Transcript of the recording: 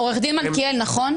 עורך הדין מלכיאל, נכון?